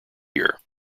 here